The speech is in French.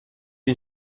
une